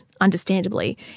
understandably